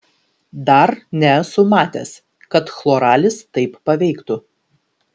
dar nesu matęs kad chloralis taip paveiktų